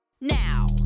now